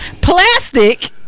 Plastic